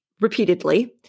repeatedly